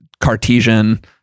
Cartesian